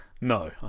No